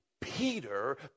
Peter